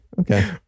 Okay